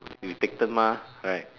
you take turn mah right